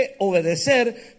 obedecer